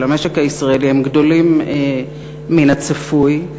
של המשק הישראלי הם גדולים מן הצפוי.